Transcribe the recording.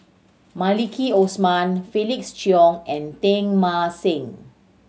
Maliki Osman Felix Cheong and Teng Mah Seng